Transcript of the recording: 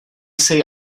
say